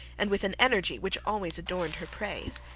and with an energy which always adorned her praise.